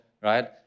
right